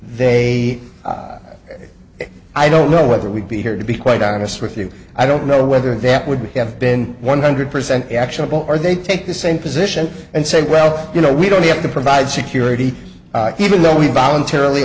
they i don't know whether we'd be here to be quite honest with you i don't know whether that would have been one hundred percent actionable or they take the same position and said well you know we don't have to provide security even though we voluntarily